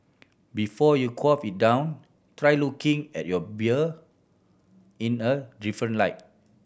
before you quaff it down try looking at your beer in a different light